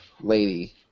Lady